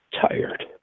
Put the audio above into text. tired